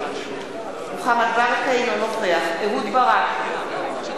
אינו נוכח אהוד ברק,